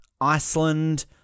Iceland